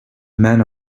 men